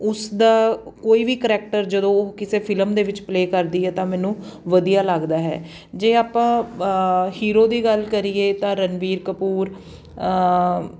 ਉਸ ਦਾ ਕੋਈ ਵੀ ਕਰੈਕਟਰ ਜਦੋਂ ਉਹ ਕਿਸੇ ਫਿਲਮ ਦੇ ਵਿੱਚ ਪਲੇ ਕਰਦੀ ਹੈ ਤਾਂ ਮੈਨੂੰ ਵਧੀਆ ਲੱਗਦਾ ਹੈ ਜੇ ਆਪਾਂ ਹੀਰੋ ਦੀ ਗੱਲ ਕਰੀਏ ਤਾਂ ਰਣਵੀਰ ਕਪੂਰ